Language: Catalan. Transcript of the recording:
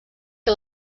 que